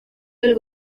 del